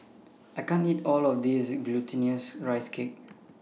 I can't eat All of This Glutinous Rice Cake